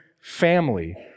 family